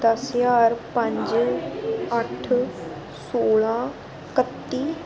दस ज्हार पंज अट्ठ सोलां कत्ती